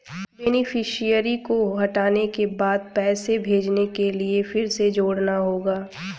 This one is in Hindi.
बेनीफिसियरी को हटाने के बाद पैसे भेजने के लिए फिर से जोड़ना होगा